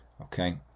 Okay